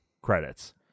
credits